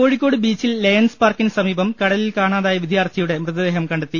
കോഴിക്കോട് ബീച്ചിൽ ലയൺസ് പാർക്കിന് സമീപം കടലിൽ കാണാതായ വിദ്യാർഥിയുടെ മൃതദേഹം കണ്ടെത്തി